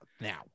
now